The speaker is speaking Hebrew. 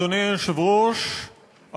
אדוני היושב-ראש,